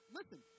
listen